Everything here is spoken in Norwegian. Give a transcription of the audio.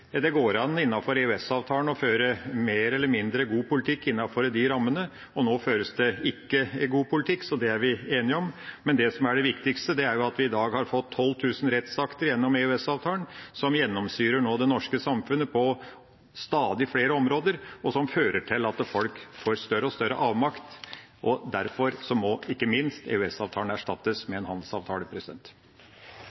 Det går an å føre mer eller mindre god politikk innenfor rammene av EØS-avtalen. Nå føres det ikke god politikk, det er vi enige om. Men det som er det viktigste, er at vi per i dag har fått 12 000 rettsakter gjennom EØS-avtalen, som nå gjennomsyrer det norske samfunnet på stadig flere områder, og som fører til at folk kjenner større og større avmakt. Derfor må ikke minst EØS-avtalen erstattes